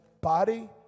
body